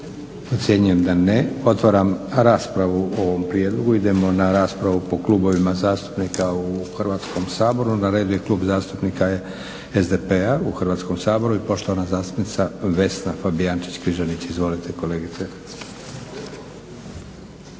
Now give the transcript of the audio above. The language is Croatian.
Ocjenjujem da ne. Otvaram raspravu o ovom prijedlogu. Idemo na raspravu po klubovima zastupnika u Hrvatskom saboru. Na redu je Klub zastupnika SDP-a u Hrvatskom saboru i poštovana zastupnica Vesna Fabijančić-Križanić. Izvolite kolegice.